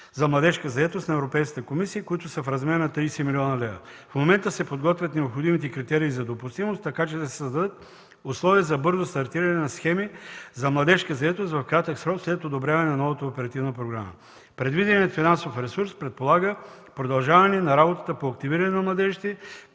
за младежка заетост на Европейската комисия, които са в размер на 30 млн. лв. В момента се подготвят необходимите критерии за допустимост, така че да се създадат условия за бързо стартиране на схеми за младежка заетост в кратък срок след одобряване на новата оперативна програма. Предвиденият финансов ресурс предполага продължаване на работата по активиране на младежите,